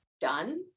done